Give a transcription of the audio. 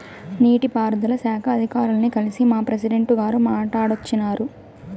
నీటి పారుదల శాఖ అధికారుల్ని కల్సి మా ప్రెసిడెంటు గారు మాట్టాడోచ్చినారు